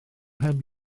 heb